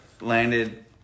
landed